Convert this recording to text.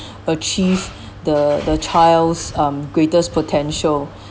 achieve the the child's um greatest potential